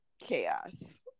chaos